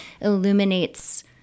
illuminates